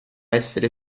essere